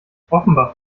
offenbach